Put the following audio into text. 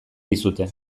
dizute